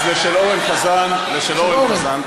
אז של אורן חזן, של אורן חזן.